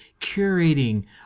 curating